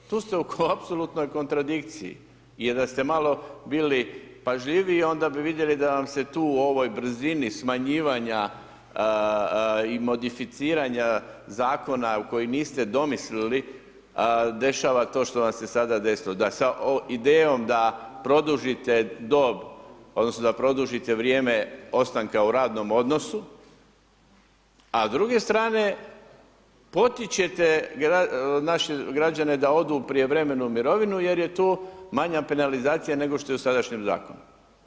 Tu ste u apsolutnoj kontradikciji jer da ste malo bili pažljiviji onda bi vidjeli da vam se tu u ovoj brzini smanjivanja i modificiranja zakona u koji niste domislili dešava to što vam se sada desilo, da sa idejom da produžite do odnosno da produžite vrijeme ostanka u radnom odnosu, a s druge stane potičete naše građane da odu u prijevremenu mirovinu jer je tu manja penalizacija nego što je u sadašnjem zakonu.